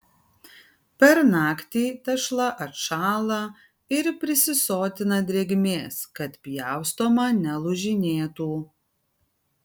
per naktį tešla atšąla ir prisisotina drėgmės kad pjaustoma nelūžinėtų